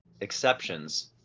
exceptions